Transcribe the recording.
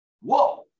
Whoa